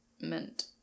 mint